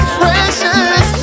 precious